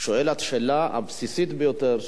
שואל את השאלה הבסיסית ביותר,